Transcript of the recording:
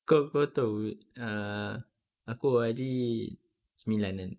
kau kau tahu ah aku O_R_D sembilan kan